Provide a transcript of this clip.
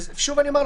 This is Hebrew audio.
שוב אני אומר,